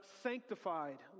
sanctified